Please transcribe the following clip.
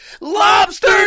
Lobster